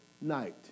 night